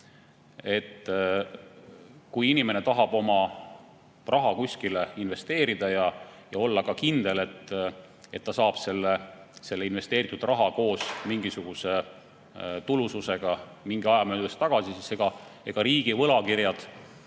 või ettevõte tahab oma raha kusagile investeerida, olles kindel, et ta saab selle investeeritud raha koos mingisuguse tulususega mingi aja möödudes tagasi, siis riigi võlakirjad